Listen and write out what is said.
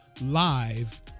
live